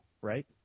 right